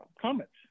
comments